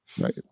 Right